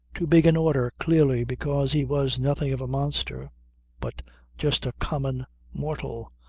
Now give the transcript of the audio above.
too big an order clearly because he was nothing of a monster but just a common mortal,